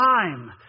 time